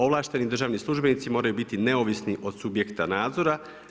Ovlašteni državni službenici moraju biti neovisni od subjekta nadzora.